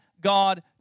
God